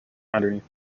underneath